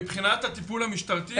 מבחינת הטיפול המשטרתי,